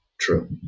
True